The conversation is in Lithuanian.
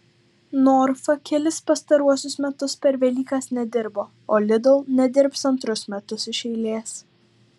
norfa kelis pastaruosius metus per velykas nedirbo o lidl nedirbs antrus metus iš eilės